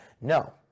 No